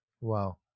Wow